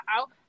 out